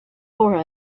for